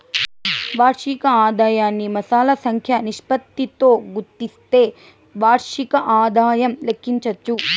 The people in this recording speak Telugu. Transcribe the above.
వార్షిక ఆదాయాన్ని మాసాల సంఖ్య నిష్పత్తితో గుస్తిస్తే వార్షిక ఆదాయం లెక్కించచ్చు